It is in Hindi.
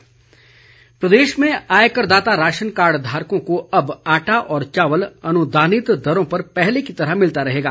राशन प्रदेश में आयकरदाता राशन कार्ड धारकों को अब आटा और चावल अनुदानित दरों पर पहले की तरह मिलता रहेगा